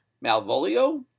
Malvolio